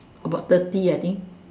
about thirty I think